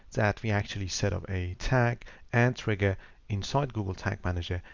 that we actually set up a tag and trigger inside google tag manager,